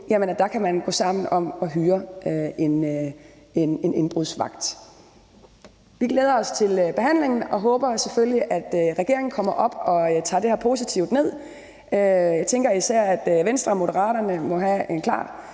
mange indbrud, kan gå sammen om at hyre en indbrudsvagt. Vi glæder os til behandlingen og håber selvfølgelig, at regeringen kommer op og tager det her positivt ned. Jeg tænker især, at Venstre og Moderaterne må have en